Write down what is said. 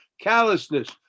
callousness